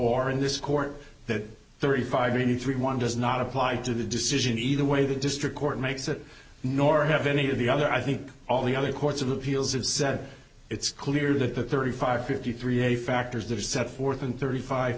or in this court that thirty five thirty three one does not apply to the decision either way the district court makes it nor have any of the other i think all the other courts of appeals have said it's clear that the thirty five fifty three a factors that are set forth and thirty five